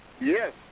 Yes